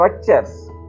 structures